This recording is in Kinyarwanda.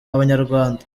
abanyarwanda